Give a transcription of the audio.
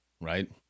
right